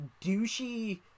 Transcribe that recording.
douchey